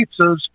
pizzas